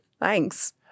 thanks